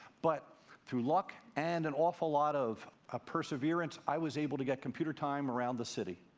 but through luck and an awful lot of ah perseverance, i was able to get computer time around the city.